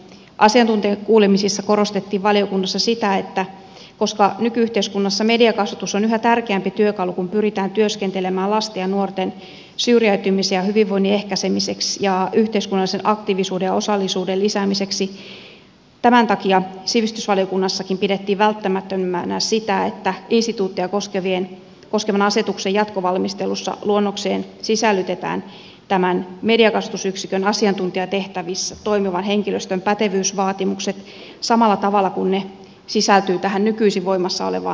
asiantuntijakuulemisissa korostettiin valiokunnassa sitä että koska nyky yhteiskunnassa mediakasvatus on yhä tärkeämpi työkalu kun pyritään työskentelemään lasten ja nuorten syrjäytymisen ehkäisemiseksi hyvinvoinnin puolesta ja yhteiskunnallisen aktiivisuuden ja osallisuuden lisäämiseksi tämän takia sivistysvaliokunnassakin pidettiin välttämättömänä sitä että instituuttia koskevan asetuksen jatkovalmistelussa luonnokseen sisällytetään tämän mediakasvatusyksikön asiantuntijatehtävissä toimivan henkilöstön pätevyysvaatimukset samalla tavalla kuin ne sisältyvät tähän nykyisin voimassa oleva